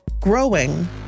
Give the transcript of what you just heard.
growing